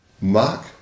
Mark